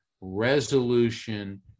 resolution